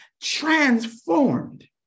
transformed